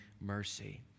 mercy